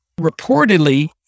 reportedly